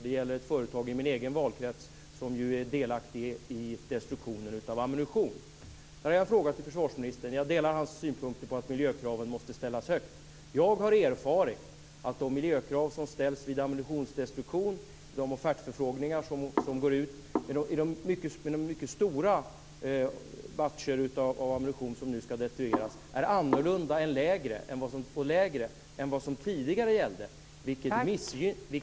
Det gäller ett företag i min egen valkrets som är delaktigt i destruktionen av ammunition. Jag har en fråga till försvarsministern om det. Jag delar hans synpunkter att miljökraven måste ställas högt. Jag har erfarit att de miljökrav som ställs vid de offertförfrågningar om ammunitionsdestruktion som nu går ut är annorlunda och lägre än de som tidigare gällde. Det är ju mycket stora "batcher" av ammunition som nu ska destrueras.